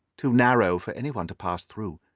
too narrow for anyone to pass through.